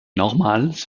nochmals